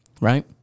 Right